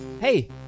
hey